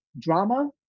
drama